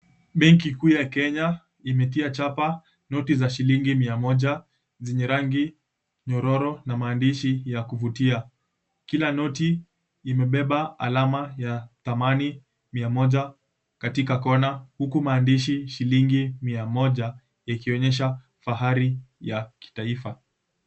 Benki kuu ya Kenya imetia chapa noti za shillingi mia moja zenye rangi nyororo na maandishi ya kuvutia, kila noti imebeba alama ya thamani mia moja katika kona huku maandishi shillingi mia moja ikionyesha fahari ya kitaifa.